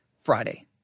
Friday